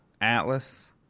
Atlas